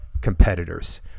competitors